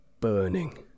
burning